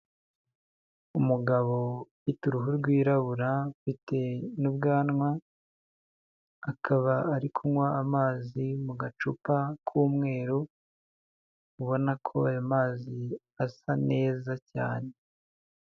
Umugabo ufite uruhu rwirabura ufite n'ubwanwa, akaba ari kunywa amazi mu gacupa k'umweru, ubona ko ayo mazi asa neza cyane.